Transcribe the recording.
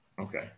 Okay